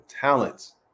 talents